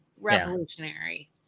revolutionary